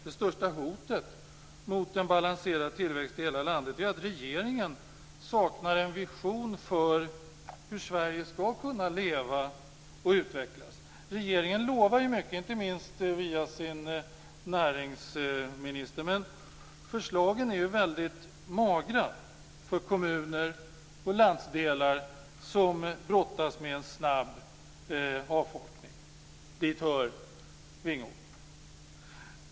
Det största hotet mot en balanserad tillväxt i hela landet är ju att regeringen saknar en vision för hur Sverige skall kunna leva och utvecklas. Regeringen lovar ju mycket, inte minst via sin näringsminister. Men förslagen är väldigt magra för kommuner och landsdelar som brottas med en snabb avfolkning. Dit hör Vingåker.